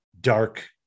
dark